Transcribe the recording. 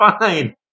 fine